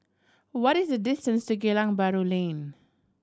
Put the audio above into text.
what is the distance to Geylang Bahru Lane